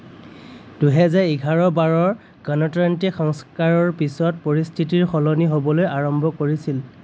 দুহেজাৰ এঘাৰ বাৰৰ গণতান্ত্ৰিক সংস্কাৰৰ পিছত পৰিস্থিতি সলনি হ'বলৈ আৰম্ভ কৰিছিল